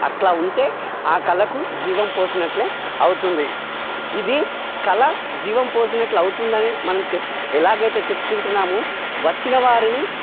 అట్లా ఉంటే ఆ కళకు జీవం పోసినట్లే అవుతుంది ఇది కళ జీవం పోసినట్లు అవుతుందని మనం చెప్పు ఎలాగైతే చెప్పుకుంటున్నామో వచ్చిన వారిని